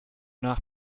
nach